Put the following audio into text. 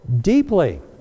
deeply